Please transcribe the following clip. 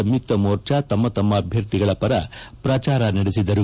ಸಂಯುಕ್ತ ಮೋರ್ಚಾ ತಮ್ಮ ತಮ್ಮ ಅಭ್ಯರ್ಥಿಗಳ ಪರ ಪ್ರಚಾರ ನಡೆಸಿದರು